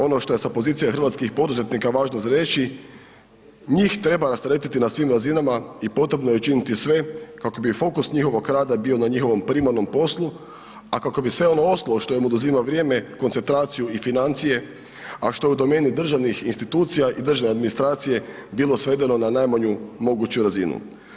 Ono što je sa pozicije hrvatskih poduzetnika važno za reći, njih treba rasteretiti na svim razinama i potrebno je učiniti sve kako bi fokus njihovog rada bio na njihovom primarnom poslu, a kako bi sve ovo ostalo što im oduzima vrijeme, koncentraciju i financije, a što je u domeni državnih institucija i državne administracije bilo svedeno na najmanju moguću razinu.